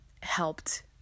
helped